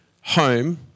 home